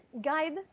guide